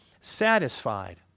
satisfied